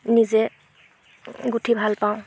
নিজে গোঁঠি ভালপাওঁ